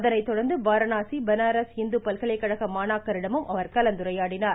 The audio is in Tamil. அதனை தொடர்ந்து வாரணாசி பனாரஸ் ஹிந்து பல்கலைக்கழக மாணாக்கரிடம் கலந்துரையாடினார்